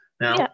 Now